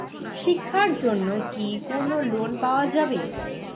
শিক্ষার জন্যে কি কোনো লোন পাওয়া যাবে?